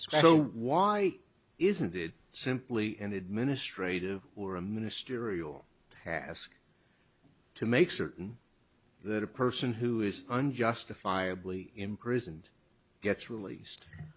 so why isn't it simply an administrative or a ministerial task to make certain that a person who is unjustifiably imprisoned gets released